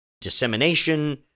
dissemination